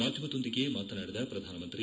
ಮಾಧ್ಯಮದೊಂದಿಗೆ ಮಾತನಾಡಿದ ಶ್ರಧಾನಮಂತ್ರಿ